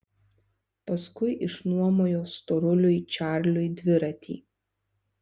paskui išnuomojo storuliui čarliui dviratį